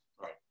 Right